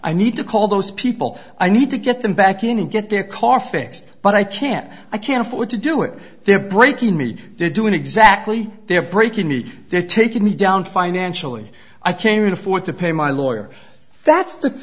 i need to call those people i need to get them back in and get their car fixed but i can't i can't afford to do it they're breaking me they're doing exactly they're breaking me they're taking me down financially i can read afford to pay my lawyer that's